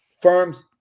firms